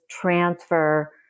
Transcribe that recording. transfer